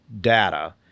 data